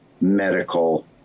medical